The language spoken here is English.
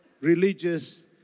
religious